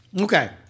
Okay